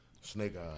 Snake